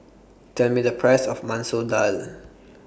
Tell Me The Price of Masoor Dal